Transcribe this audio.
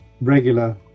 regular